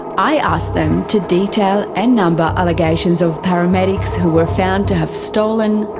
i asked them to detail and number allegations of paramedics who were found to have stolen,